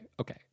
okay